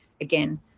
again